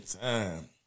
time